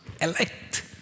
Elect